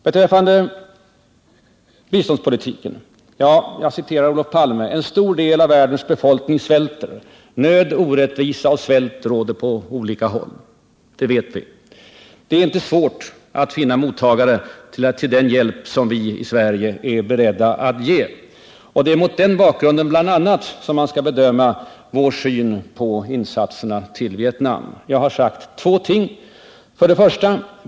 Beträffande biståndet vill jag först citera Olof Palme: ”En stor del av världens befolkning svälter. Nöd, orättvisa och svält råder på alla håll.” Det vet vi. Det är inte svårt att finna mottagare till den hjälp som vi i Sverige är beredda att ge, och det är bl.a. mot den bakgrunden som man skall bedöma vår syn på insatserna till Vietnam. Jag har sagt två ting. 1.